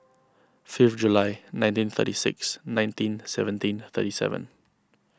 fifth July nineteen thirty six nineteen seventeen thirty seven